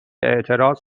اعتراض